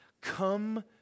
Come